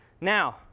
Now